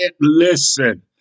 listen